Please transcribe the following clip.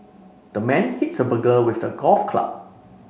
the man hits burglar with a golf club